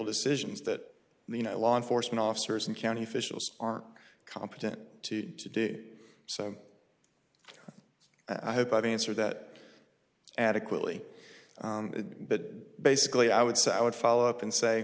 decisions that the you know law enforcement officers and county officials aren't competent to do so i hope i've answered that adequately that basically i would say i would follow up and say